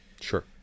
Sure